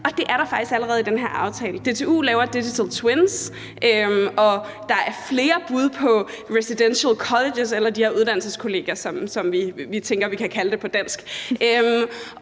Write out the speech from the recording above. det er der faktisk allerede i den her aftale. DTU laver Digital Twin, og der er flere bud på residential colleges – eller uddannelseskollegier, som vi tænker at vi kan kalde det på dansk.